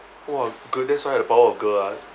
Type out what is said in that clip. !wah! good that's why the power of girl ah